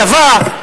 צבא,